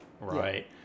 right